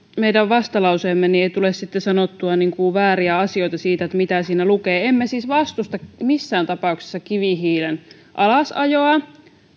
meidän vastalauseemme niin ei tule sitten sanottua vääriä asioita siitä mitä siinä lukee emme siis vastusta missään tapauksessa kivihiilen alasajoa